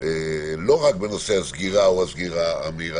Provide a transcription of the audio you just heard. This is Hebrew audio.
לא רק בנושא הסגירה או הסגירה המהירה,